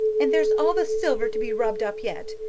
and there's all the silver to be rubbed up yet.